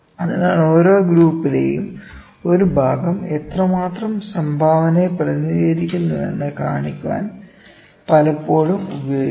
അതിനാൽ ഓരോ ഗ്രൂപ്പിലെയും ഒരു ഭാഗം എത്രമാത്രം സംഭാവനയെ പ്രതിനിധീകരിക്കുന്നുവെന്ന് കാണിക്കാൻ പലപ്പോഴും ഉപയോഗിക്കുന്നു